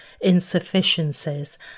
insufficiencies